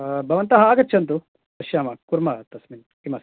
भवन्तः आगच्छन्तु पश्यामः कुर्म तस्मिन् किम् अस्ति